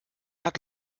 hat